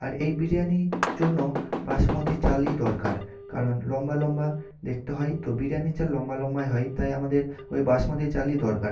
আর এই বিরিয়ানি জন্য বাসমতী চালই দরকার কারণ লম্বা লম্বা দেখতে হয় তো বিরিয়ানির চাল লম্বা লম্বাই হয় তাই আমাদের ওই বাসমতী চালই দরকার